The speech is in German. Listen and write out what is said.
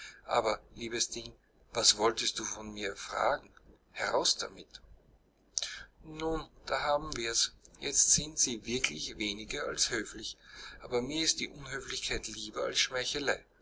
aber liebes ding was wolltest du von mir erfragen heraus damit nun da haben wir's jetzt sind sie wirklich weniger als höflich aber mir ist die unhöflichkeit lieber als